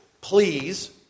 please